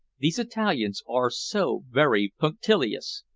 these italians are so very punctilious.